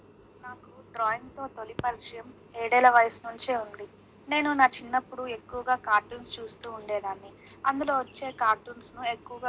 నాకు డ్రాయింగ్తో తొలి పరిచయం ఏడు ఏళ్ల వయసు నుంచే ఉంది నేను నా చిన్నప్పుడు ఎక్కువగా కార్టూన్స్ చూస్తూ ఉండేదాన్ని అందులో వచ్చే కార్టూన్స్ను ఎక్కువగా గీస్తూ ఉండేదాన్ని